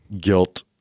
guilt –